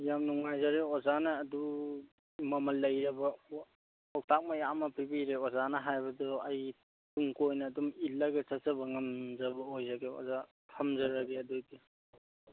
ꯌꯥꯝ ꯅꯨꯡꯉꯥꯏꯖꯔꯦ ꯑꯣꯖꯥꯅ ꯑꯗꯨ ꯃꯃꯜ ꯂꯩꯔꯕ ꯋꯥ ꯄꯥꯎꯇꯥꯛ ꯃꯌꯥꯝ ꯑꯃ ꯄꯤꯕꯤꯔꯦ ꯑꯣꯖꯥꯅ ꯍꯥꯏꯕꯗꯨ ꯑꯩ ꯇꯨꯡ ꯀꯣꯏꯅ ꯑꯗꯨꯝ ꯏꯜꯂꯒ ꯆꯠꯆꯕ ꯉꯝꯖꯕ ꯑꯣꯏꯖꯒꯦ ꯑꯣꯖꯥ ꯊꯝꯖꯔꯒꯦ ꯑꯗꯨꯏꯗꯤ